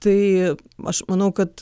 tai aš manau kad